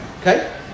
Okay